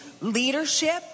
leadership